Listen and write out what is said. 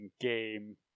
game